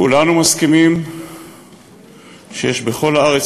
כולנו מסכימים שיש עניים בכל הארץ,